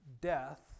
death